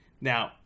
Now